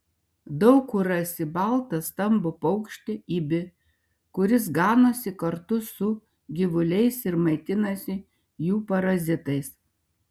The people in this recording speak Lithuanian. daug kur rasi baltą stambų paukštį ibį kuris ganosi kartu su gyvuliais ir maitinasi jų parazitais